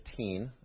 15